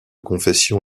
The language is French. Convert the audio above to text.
confession